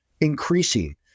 increasing